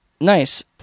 nice